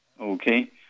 Okay